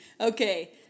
Okay